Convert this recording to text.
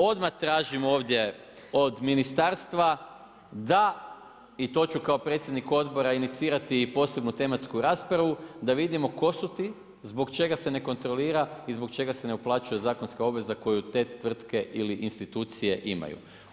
Odmah tražim ovdje od ministarstva, da i to ću kao predsjednik odbora inicirati, posebnu tematsku raspravu, da vidimo tko su ti, zbog čega se ne kontrolira i zbog čega se ne uplaćuje zakonska obveza koju te tvrtke ili institucije imaju.